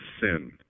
sin